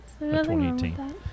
2018